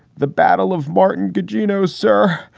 the battle of martin gugino, sir.